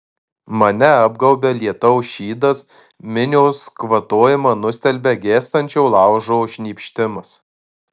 mane apgaubia lietaus šydas minios kvatojimą nustelbia gęstančio laužo šnypštimas